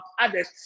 others